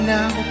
now